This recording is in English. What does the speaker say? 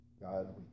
God